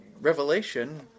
Revelation